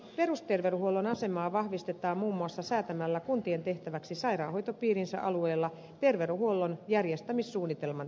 perusterveydenhuollon asemaa vahvistetaan muun muassa säätämällä kuntien tehtäväksi sairaanhoitopiirinsä alueella terveydenhuollon järjestämissuunnitelman tekeminen